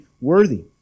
worthy